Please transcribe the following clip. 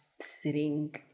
sitting